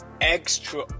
extra